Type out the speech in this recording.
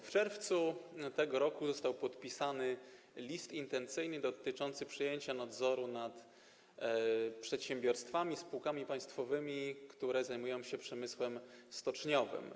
W czerwcu tego roku został podpisany list intencyjny dotyczący przejęcia nadzoru nad przedsiębiorstwami, spółkami państwowymi, które zajmują się przemysłem stoczniowym.